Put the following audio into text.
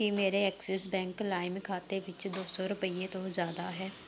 ਕੀ ਮੇਰੇ Axis bank ਲਾਇਮ ਖਾਤੇ ਵਿੱਚ ਦੋ ਸੌ ਰੁਪਈਏ ਤੋਂ ਜ਼ਿਆਦਾ ਹੈ